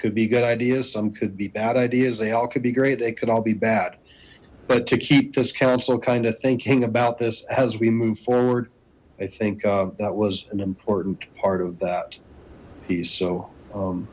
could be good ideas some could be bad ideas they all could be great they could all be bad but to keep this council kind of thinking about this as we move forward i think that was an important part of that he's so